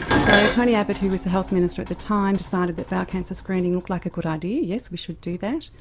so tony abbott, who was the health minister at the time, decided that bowel cancer screening looked like a good idea, yes, we should do that.